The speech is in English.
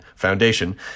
Foundation